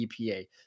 EPA